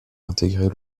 intégrer